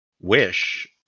wish